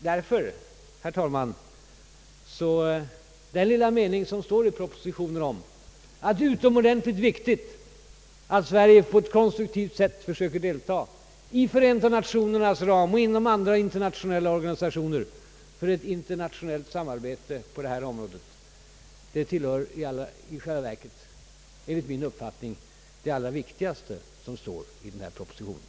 Därför vill jag säga, herr talman, att den lilla mening som står i propositionen om att det är utomordentligt viktigt, att Sverige på ett konstruktivt sätt försöker att inom FN:s ram och i andra internationella organisationer verka för ett internationellt samarbete på detta område, i själva verket tillhör det enligt min uppfattning allra viktigaste i propositionen.